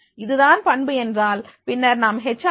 இதுதான் பண்பு என்றால் பின்னர் நாம் ஹெச் ஆர் எம்